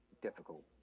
difficult